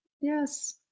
Yes